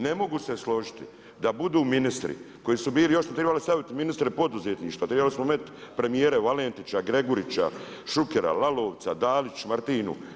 Ne mogu se složiti da budu ministri koji su bili, još su tribali stavit ministre poduzetništva, trebali smo metnuti premijere Valentića, Gregurića, Šukera, Lalovca, Dalić Martinu.